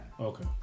Okay